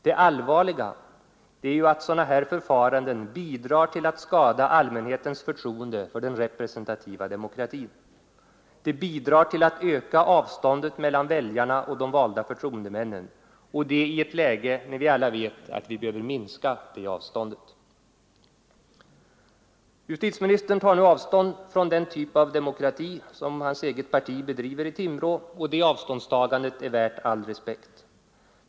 Det allvarliga är ju att sådana här förfaranden bidrar till att skada allmänhetens förtroende för den representativa demokratin. Det bidrar till att öka avståndet mellan väljarna och de valda förtroendemännen — och det i ett läge när vi alla vet att vi behöver minska det avståndet. Justitieministern tar nu avstånd från den typ av demokrati som hans eget parti bedriver i Timrå, och det avståndstagandet är värt all respekt.